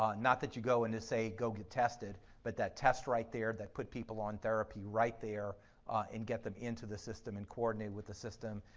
not that you go and say go get tested but that test right there that put people on therapy right there and get them into the system and coordinate with the system,